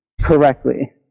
correctly